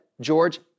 George